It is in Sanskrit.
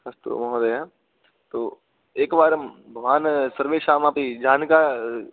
अस्तु महोदय तु एकवारं भवान् सर्वेषाम् अपि जानका